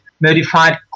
modified